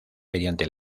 mediante